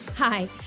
Hi